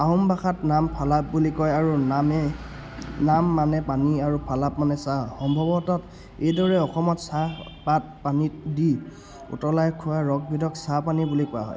আহোম ভাষাত নাম ফালাপ বুলি কয় আৰু নামে নাম মানে পানী আৰু ফালাপ মানে চাহ সম্ভৱত এইদৰে অসমত চাহপাত পানীত দি উতলাই খোৱা ৰসবিধক চাহপানী বুলি কোৱা হয়